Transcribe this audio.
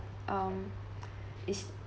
um is